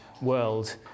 world